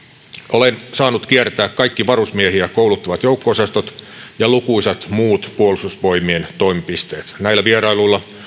olen saanut kiertää kaikki varusmiehiä kouluttavat joukko osastot ja lukuisat muut puolustusvoimien toimipisteet näillä vierailuilla